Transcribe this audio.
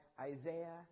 Isaiah